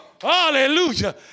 Hallelujah